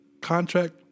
contract